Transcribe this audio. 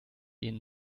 ihnen